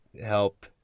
help